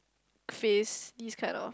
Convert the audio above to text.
faces this kind of